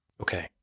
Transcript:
Okay